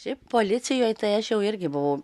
šiaip policijoj tai aš jau irgi buvau